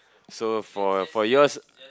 so for for yours